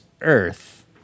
Earth